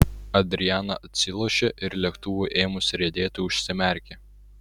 adriana atsilošė ir lėktuvui ėmus riedėti užsimerkė